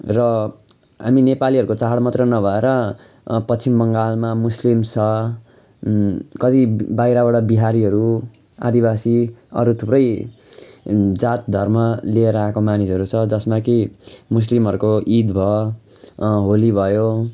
र हामी नेपालीहरूको चाड मात्र नभएर पश्चिम बङ्गालमा मुस्लिम्स छ कति बाहिरबाट बिहारीहरू आदिवासी अरू थुप्रै जात धर्म लिएर आएको मानिसहरू छ जसमा कि मुस्लिमहरूको ईद भयो होली भयो